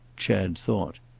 chad thought.